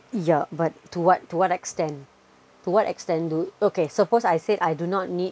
yeah but to what to what extent to what extent do okay suppose I said I do not need